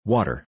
Water